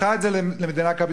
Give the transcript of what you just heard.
והפכה את זה למדינה קפיטליסטית.